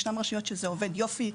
ישנן רשויות שזה עובד יופי,